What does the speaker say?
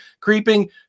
creeping